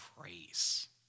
praise